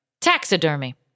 Taxidermy